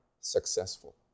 successful